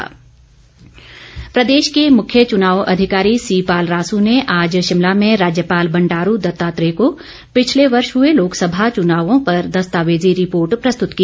राज्यपाल प्रदेश के मुख्य चुनाव अधिकारी सीपाल रासू ने आज शिमला में राज्यपाल बंडारू दत्तात्रेय को पिछले वर्ष हुए लोकसभा चुनावों पर दस्तावेजी रिपोर्ट प्रस्तुत की